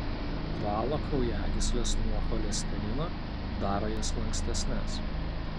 valo kraujagysles nuo cholesterino daro jas lankstesnes